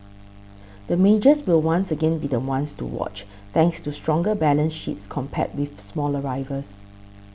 the majors will once again be the ones to watch thanks to stronger balance sheets compared with smaller rivals